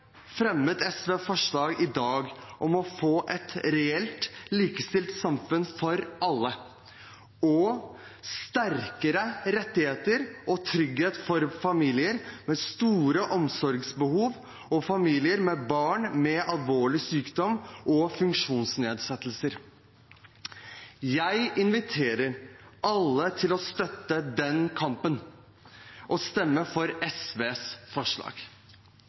SV forslag i dag om å få et reelt likestilt samfunn for alle og sterkere rettigheter og trygghet for familier med store omsorgsbehov og familier med barn med alvorlig sykdom og funksjonsnedsettelser. Jeg inviterer alle til å støtte den kampen og stemme for SVs forslag.